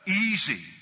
easy